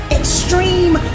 extreme